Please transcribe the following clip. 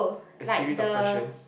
a series of questions